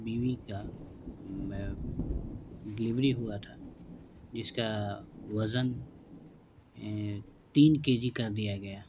بیوی کا ڈلیوری ہوا تھا جس کا وزن تین کے جی کا دیا گیا